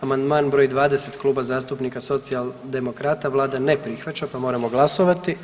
Amandman br. 20 Kluba zastupnika socijaldemokrata, vlada ne prihvaća pa moramo glasovati.